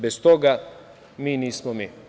Bez toga mi nismo mi.